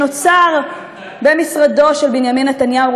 שנוצר במשרדו של בנימין נתניהו,